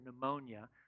pneumonia